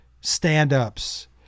stand-ups